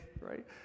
right